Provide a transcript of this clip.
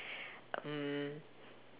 mm